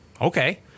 okay